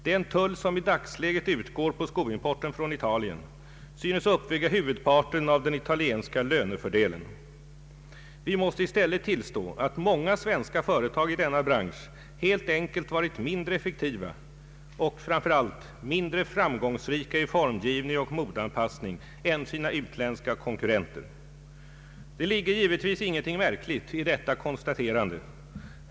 Den tull som i dagsläget utgår på skoimporten från Italien synes uppväga huvudparten av den italienska lönefördelen, Vi måste i stället tillstå att många svenska företag i denna bransch helt enkelt varit mindre effektiva och — framför allt — mindre framgångsrika i formgivning och modeanpassning än sina utländska konkurrenter. Det ligger givetvis ingenting märkligt i detta konstaterande.